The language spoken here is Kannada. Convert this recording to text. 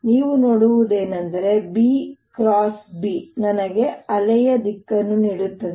ನೀವು ನೋಡುವುದು ಏನೆಂದರೆ E X B ನನಗೆ ಅಲೆಯ ದಿಕ್ಕನ್ನು ನೀಡುತ್ತದೆ